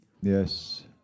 Yes